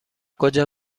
کجا